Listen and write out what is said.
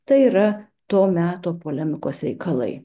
tai yra to meto polemikos reikalai